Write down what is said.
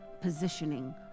positioning